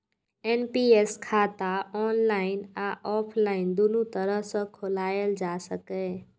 NPS खाता online आ offline, दुनू तरह सं खोलाएल जा सकैए